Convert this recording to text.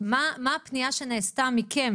מה הפנייה שנעשתה מכם,